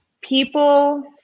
people